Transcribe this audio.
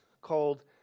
called